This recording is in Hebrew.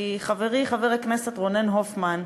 כי חברי חבר הכנסת רונן הופמן,